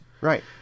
Right